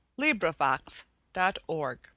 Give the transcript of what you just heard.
LibriVox.org